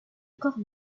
corps